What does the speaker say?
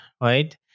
right